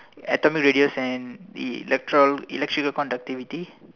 atomic radius and electro electrical conductivity